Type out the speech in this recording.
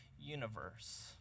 universe